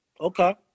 Okay